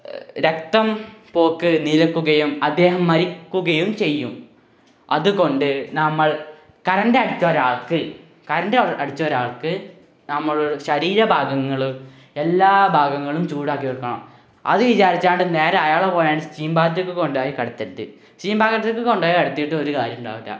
രക്തം പോക്ക് നിലയ്ക്കുകയും അദ്ദേഹം മരിക്കുകയും ചെയ്യും അതുകൊണ്ട് നമ്മള് കറണ്ടടിച്ച ഒരാള്ക്ക് കറണ്ടടിച്ച ഒരാള്ക്ക് നമ്മള് ശരീരഭാഗങ്ങള് എല്ലാ ഭാഗങ്ങളും ചൂടാക്കി വയ്ക്കണം അത് വിചാരിച്ചാണ്ട് നേരെ അയാളെ പോയി സ്റ്റീം ബാത്തില് കൊണ്ടുപോയി കിടത്തരുത് സ്റ്റീം ബാത്തിനകത്തേക്ക് കൊണ്ടുപോയി കിടത്തിയിട്ട് ഒരു കാര്യവും ഉണ്ടാവില്ല